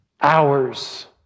hours